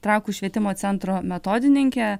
trakų švietimo centro metodininkė